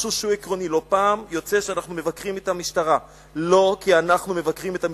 משהו שהוא עקרוני: לא פעם יוצא שאנחנו מבקרים את המשטרה,